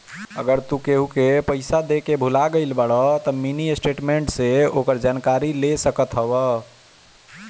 अगर तू केहू के पईसा देके भूला गईल बाड़ऽ तअ मिनी स्टेटमेंट से ओकर जानकारी ले सकत हवअ